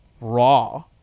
raw